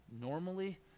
normally